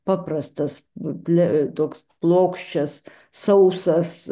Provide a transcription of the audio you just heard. paprastas ple toks plokščias sausas